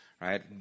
right